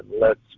lets